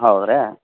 ಹೌದ್ರಾ